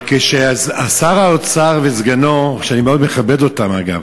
כששר האוצר וסגנו, שאני מאוד מכבד אותם, אגב,